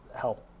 health